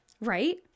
Right